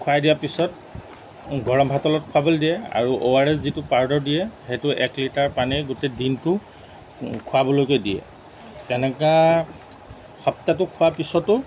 খোৱাই দিয়াৰ পিছত গৰম ভাতৰ লগত খুৱাবলৈ দিয়ে আৰু অ' আৰ এছ যিটো পাউডাৰ দিয়ে সেইটো এক লিটাৰ পানী গোটেই দিনটো খুৱাবলৈকে দিয়ে তেনেকা সপ্তাহটো খোৱাৰ পিছতো